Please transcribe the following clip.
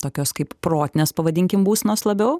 tokios kaip protinės pavadinkim būsenos labiau